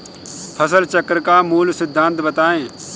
फसल चक्र का मूल सिद्धांत बताएँ?